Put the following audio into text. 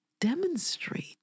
demonstrate